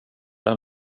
den